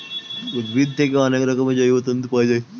উদ্ভিদ থেকে অনেক রকমের জৈব তন্তু পাওয়া যায়